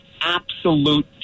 absolute